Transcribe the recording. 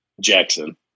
Jackson